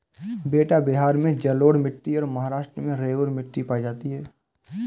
बेटा बिहार में जलोढ़ मिट्टी और महाराष्ट्र में रेगूर मिट्टी पाई जाती है